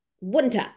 winter